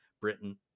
Britain